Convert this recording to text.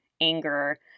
anger